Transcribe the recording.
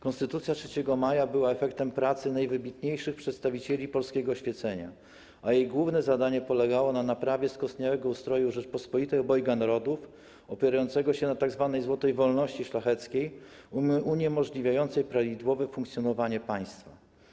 Konstytucja 3 maja była efektem pracy najwybitniejszych przedstawicieli polskiego oświecenia, a jej główne zadanie polegało na naprawie skostniałego ustroju Rzeczypospolitej Obojga Nardów opierającego się na tzw. złotej wolności szlacheckiej uniemożliwiającej prawidłowe funkcjonowanie państwa.